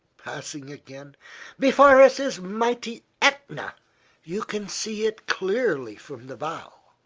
passing again before us is mighty etna you can see it clearly from the bow.